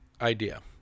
idea